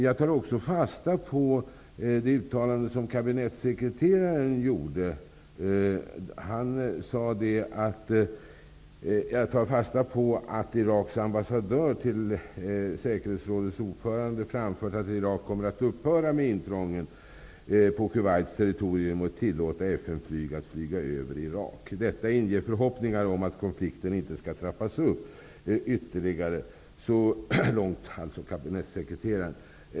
Jag tar också fasta på det uttalande som kabinettssekreteraren gjorde. Han sade: Jag tar fasta på att Iraks ambassadör till säkerhetsrådets ordförande framfört att Irak kommer att upphöra med intrången på Kuwaits territorium och tillåta FN-flyg att flyga över Irak. Detta inger förhoppningar om att konflikten inte skall trappas upp ytterligare.